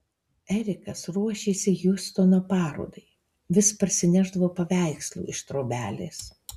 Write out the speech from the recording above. erikas ruošėsi hjustono parodai vis parsinešdavo paveikslų iš trobelės